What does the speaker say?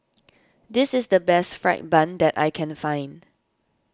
this is the best Fried Bun that I can find